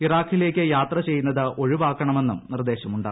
ഇറാഖിലേക്ക് യാത്രചെയ്യുന്നത് ഒഴിവാക്കണമെന്നും നിർദ്ദേശമുണ്ട്